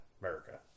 America